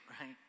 right